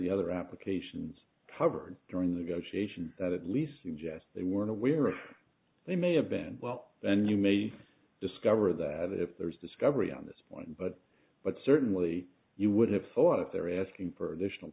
the other applications covered during the negotiation that at least suggests they weren't aware of they may have been well then you may discover that if there is discovery on this point but but certainly you would have thought if they're asking for additional